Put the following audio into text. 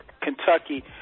Kentucky